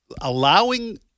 allowing